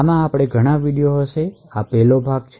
આમાં ઘણા વિડિઓઝ હશે આ 1st ભાગ છે